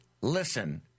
listen